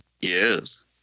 Yes